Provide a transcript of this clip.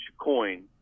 coin